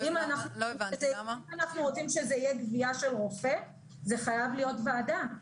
אם אנחנו רוצים שזו תהיה קביעה של רופא - זה חייב להיות ועדה.